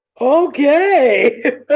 Okay